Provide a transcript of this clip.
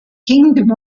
kingdom